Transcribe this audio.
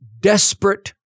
desperate